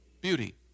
Beauty